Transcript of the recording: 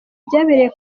byabereye